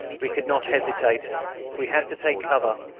we could not hesitate we had to take cover,